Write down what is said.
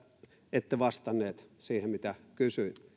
ette vastannut siihen mitä kysyin